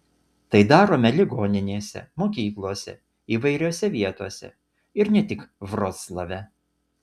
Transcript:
tai darome ligoninėse mokyklose įvairiose vietose ir ne tik vroclave